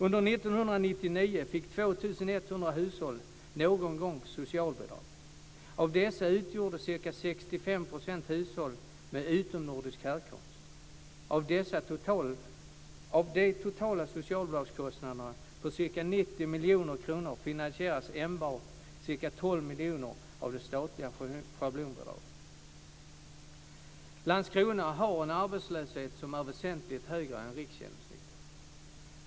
Under 1999 fick 2 100 hushåll någon gång socialbidrag. Av dessa utgjorde ca 65 % hushåll med utomnordisk härkomst. Av de totala socialbidragskostnaderna på ca 90 miljoner kronor finansieras enbart ca Landskrona har en arbetslöshet som är väsentligt högre än riksgenomsnittet.